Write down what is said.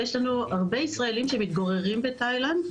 יש לנו הרבה ישראלים שמתגוררים בתאילנד,